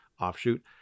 offshoot